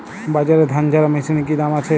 বাজারে ধান ঝারা মেশিনের কি দাম আছে?